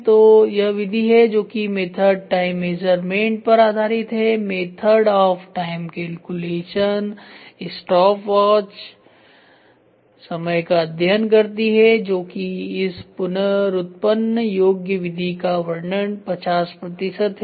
तो यह विधि है जो कि मेथड टाइम मेजरमेंट पर आधारित है method of time calculation stopwatch समय का अध्ययन करती है जो कि इस पुनरुत्पन्न योग्य विधि का वर्णन 50 प्रतिशत है